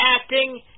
acting